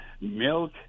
milk